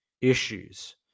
issues